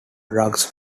drugs